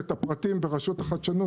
ואת הפרטים ברשות החדשנות.